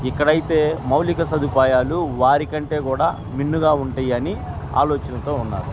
ఇక్కడైతే మౌలిక సదుపాయాలు వార కంటే కూడా మిన్నుగా ఉంటాయని ఆలోచనతో ఉన్నారుాల